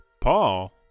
Paul